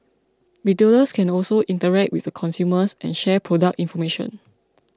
retailers can also interact with the consumers and share product information